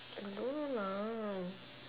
I don't know